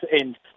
end